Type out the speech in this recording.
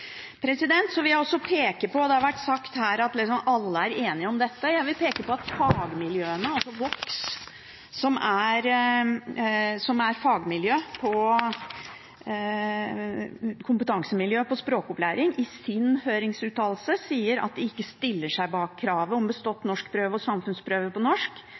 Det har vært sagt her at alle er enige om dette. Jeg vil peke på fagmiljøene. Vox, som er kompetansemiljø for språkopplæring, sier i sin høringsuttalelse at de ikke stiller seg bak kravet om bestått norskprøve og samfunnskunnskapsprøve på norsk